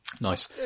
nice